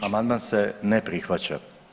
Amandman se ne prihvaća.